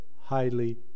highly